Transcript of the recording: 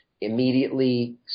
immediately